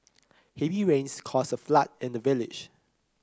heavy rains caused a flood in the village